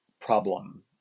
problem